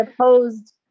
opposed